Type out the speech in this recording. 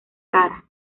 cara